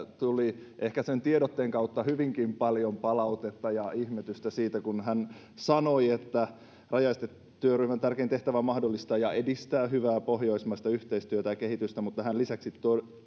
tuli ehkä sen tiedotteen vuoksi hyvinkin paljon palautetta ja ihmetystä siitä kun hän sanoi että rajaestetyöryhmän tärkein tehtävä on mahdollistaa ja edistää hyvää pohjoismaista yhteistyötä ja kehitystä mutta hän lisäksi